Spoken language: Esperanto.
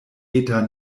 eta